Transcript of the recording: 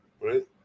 right